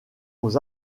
aux